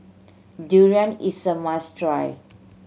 durian is a must try